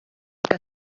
que